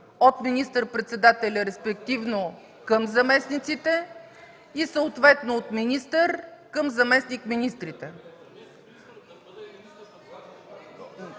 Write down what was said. от министър-председателя, респективно към заместниците и съответно от министър към заместник-министрите.